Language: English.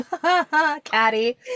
Catty